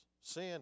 Sin